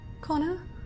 Connor